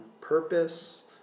purpose